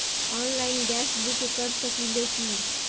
Online gas book कर सकिले की?